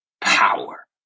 power